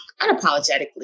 unapologetically